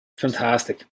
fantastic